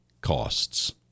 costs